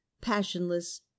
passionless